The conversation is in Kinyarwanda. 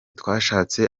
twashatse